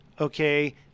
okay